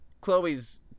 Chloe's